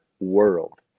world